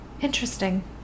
interesting